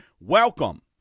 Welcome